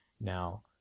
Now